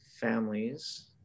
families